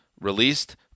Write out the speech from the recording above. released